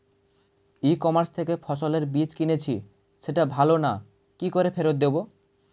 ই commerce থেকে ফসলের বীজ কিনেছি সেটা ভালো না কি করে ফেরত দেব?